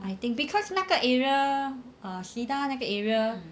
I think because 那个 area err cedar 那个 area